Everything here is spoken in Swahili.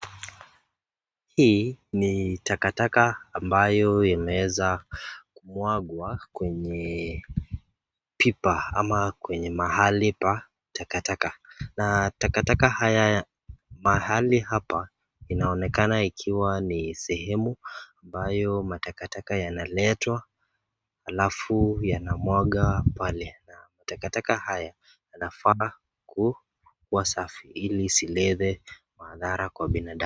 Hii ni takataka ambayo imeweza kumwagwa kwenye biba ama kwenye mahali pa takataka na takataka haya mahali hapa inaonekana ikiwa ni sehemu ambayo matakataka yanaletwa alafu yanamwagwa pale na takataka haya yanafaa kuwa safi ili isilete madhara kwa binadamu.